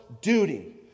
duty